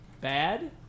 Bad